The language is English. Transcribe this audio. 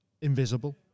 invisible